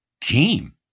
Team